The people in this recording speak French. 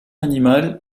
animal